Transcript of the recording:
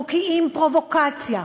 מוקיעים פרובוקציה,